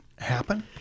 happen